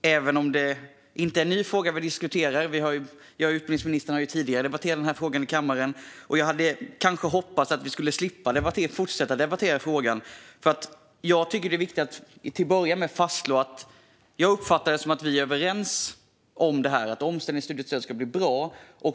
Det är ingen ny fråga vi diskuterar. Utbildningsministern och jag har debatterat denna fråga tidigare i kammaren, och jag hade kanske hoppats att vi skulle slippa fortsätta debattera den. Jag uppfattar det som att vi är överens om att omställningsstudiestödet måste bli bra.